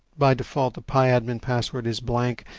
by default, the piadmin password is blank.